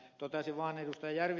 toteaisin vaan ed